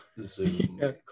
Zoom